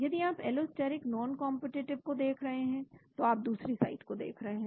यदि आप allosteric noncompetitive को देख रहे हैं तो आप दूसरी साइट को देखते हैं